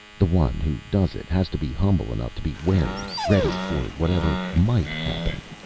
the one who does it has to be humble enough to be wary ready for whatever might happen.